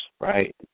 right